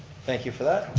thank you for that.